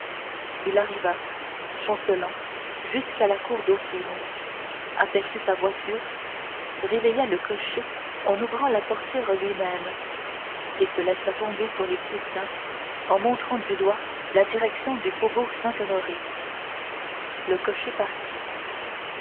il arriva chancelant jusqu'à la cour dauphine aperçut sa voiture réveilla le cocher en ouvrant la portière lui-même et se laissa tomber sur les coussins en montrant du doigt la direction du faubourg saint-honoré le cocher partit